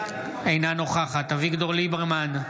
אינה נוכחת אביגדור ליברמן,